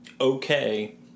okay